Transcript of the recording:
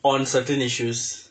on certain issues